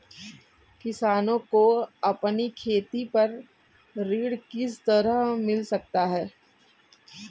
किसानों को अपनी खेती पर ऋण किस तरह मिल सकता है?